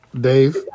Dave